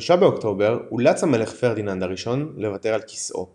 ב-3 באוקטובר אולץ המלך פרדיננד הראשון לוותר על כיסאו.